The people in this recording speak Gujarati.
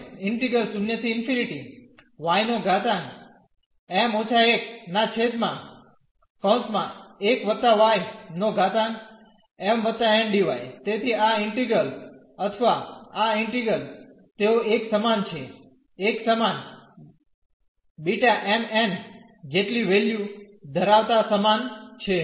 તેથી આ ઈન્ટિગ્રલ અથવા આ ઈન્ટિગ્રલ તેઓ એક સમાન છે એક સમાન B m n જેટલી વેલ્યુ ધરાવતા સમાન છે